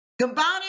Combining